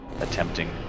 attempting